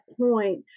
point